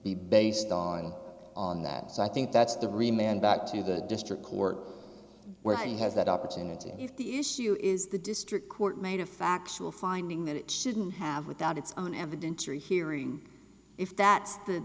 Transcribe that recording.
be based on on that so i think that's the remain back to the district court where he has that opportunity if the issue is the district court made a factual finding that it shouldn't have without its own evidence or hearing if that's the